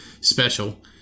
special